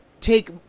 take